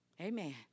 Amen